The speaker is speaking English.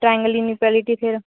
triangle inequality theorem